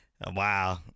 wow